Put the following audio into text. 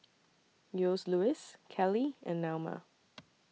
Joseluis Kelly and Naoma